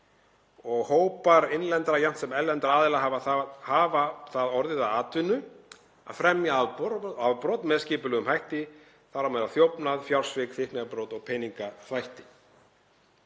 Hópar innlendra jafnt sem erlendra aðila hafa það orðið að atvinnu að fremja afbrot með skipulögðum hætti, þar á meðal þjófnað, fjársvik, fíkniefnabrot og peningaþvætti.